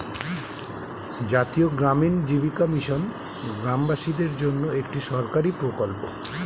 জাতীয় গ্রামীণ জীবিকা মিশন গ্রামবাসীদের জন্যে একটি সরকারি প্রকল্প